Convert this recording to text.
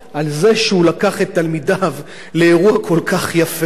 זה שהוא לקח את תלמידיו לאירוע כל כך יפה.